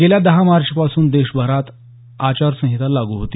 गेल्या दहा मार्चपासून देशभरात आचार संहिता लागू होती